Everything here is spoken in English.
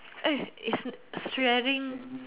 eh is sharing